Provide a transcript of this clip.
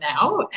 now